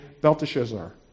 Belteshazzar